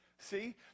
See